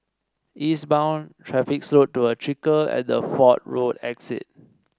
eastbound traffic slowed to a trickle at the Fort Road exit